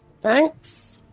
Thanks